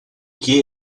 que